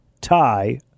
tie